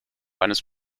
eines